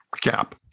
gap